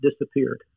disappeared